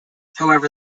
however